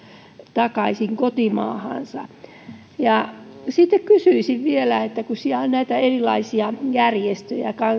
takaisin kotimaahansa sitten kysyisin vielä että kun siellä on näitä erilaisia järjestöjä